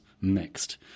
mixed